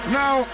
Now